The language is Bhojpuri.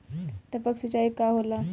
टपक सिंचाई का होला?